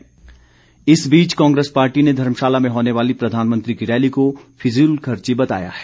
सुक्ख इस बीच कांग्रेस पार्टी ने धर्मशाला में होने वाली प्रधानमंत्री की रैली को फिजूलखर्ची बताया है